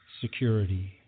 security